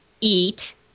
eat